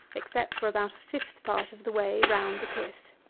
except for about a fifth part of the way round the pith.